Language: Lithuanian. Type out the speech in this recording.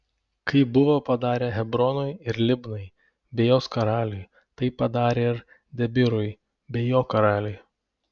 kaip buvo padarę hebronui ir libnai bei jos karaliui taip padarė ir debyrui bei jo karaliui